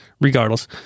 regardless